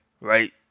right